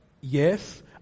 yes